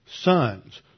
sons